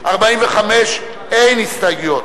45, אין הסתייגויות,